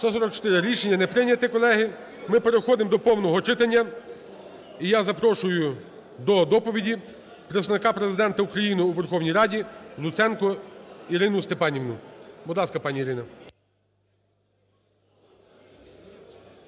За-144 Рішення не прийнято, колеги. Ми переходимо до повного читання. І я запрошую до доповіді Представника Президента України у Верховній Раді Луценко Ірину Степанівну. Будь ласка, пані Ірина.